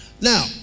Now